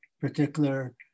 particular